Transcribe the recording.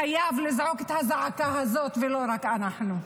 חייב לזעוק את הזעקה הזאת, לא רק אנחנו.